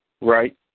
right